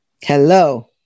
Hello